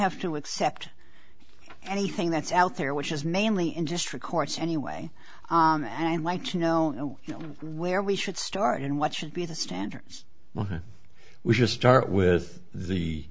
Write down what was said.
have to accept anything that's out there which is mainly in district courts anyway and i'd like to know where we should start and what should be the standards we just start with the